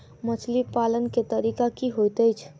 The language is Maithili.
मछली पालन केँ तरीका की होइत अछि?